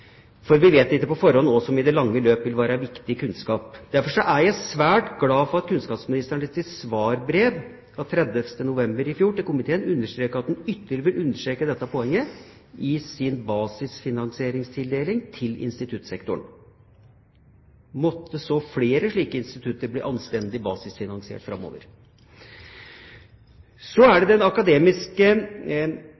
for vi vet ikke på forhånd hva som i det lange løp vil være viktig kunnskap. Jeg er derfor svært glad for at kunnskapsministeren i sitt svarbrev av 30. november i fjor til komiteen understreket at hun ytterligere vil understreke dette poenget i sine basisfinansieringstildelinger til instituttsektoren. Måtte så flere slike institutter bli anstendig basisfinansiert framover. Så